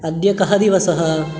अद्य कः दिवसः